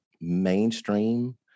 mainstream